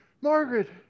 margaret